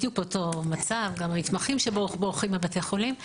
בדיוק באותו מצב המתמחים שבורחים מבתי החולים.